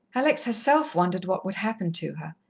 alex herself wondered what would happen to her,